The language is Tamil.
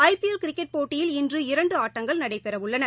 ஐபிஎல் கிரிக்கெட் போட்டியில் இன்று இரண்டுஆட்டங்கள் நடைபெறவுள்ளன